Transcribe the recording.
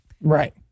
Right